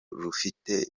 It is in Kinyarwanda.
rufite